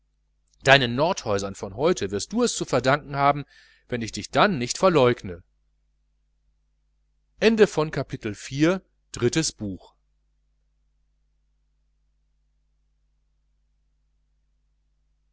deinen nordhäusern von heute wirst du es zu verdanken haben wenn ich dich dann nicht verleugne